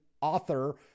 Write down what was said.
author